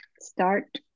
start